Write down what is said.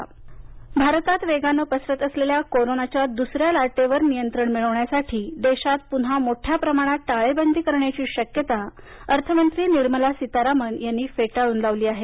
निर्मला सीतारामन भारतात वेगानं पसरत असलेल्या कोरोनाच्या दुसऱ्या लाटेवर नियंत्रण मिळवण्यासाठी देशात पुन्हा मोठ्या प्रमाणात टाळेबंदी करण्याची शक्यता अर्थमंत्री निर्मला सीतारामान यांनी फेटाळून लावली आहे